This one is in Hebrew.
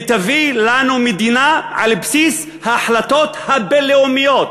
ותביא לנו מדינה על בסיס ההחלטות הבין-לאומיות,